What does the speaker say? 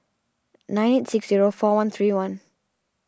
nine six zero four one three one